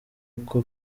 uko